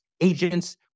agents